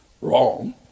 wrong